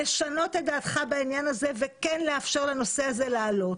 לשנות את דעתך בעניין הזה וכן לאפשר לנושא הזה לעלות.